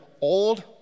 old